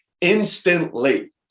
instantly